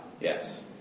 Yes